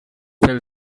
fell